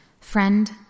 Friend